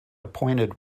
appointed